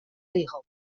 rigel